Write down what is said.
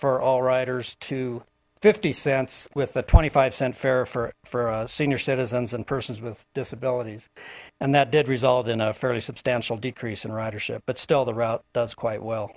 for all riders to fifty cents with the twenty five cent fare for senior citizens and persons with disabilities and that did result in a fairly substantial decrease in ridership but still the route does quite well